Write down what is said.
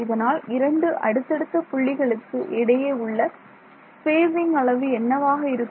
இதனால் இரண்டு அடுத்தடுத்த புள்ளிகளுக்கு இடையே உள்ள ஸ்பேஸிங் அளவு என்னவாக இருக்கும்